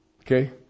Okay